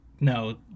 No